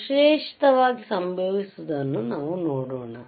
ಸಂಶ್ಲೇಷಿತವಾಗಿ ಸಂಭವಿಸುವುದನ್ನು ನಾವು ನೋಡೋಣ